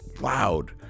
loud